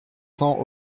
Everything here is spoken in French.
cents